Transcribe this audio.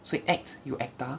所以 act you acta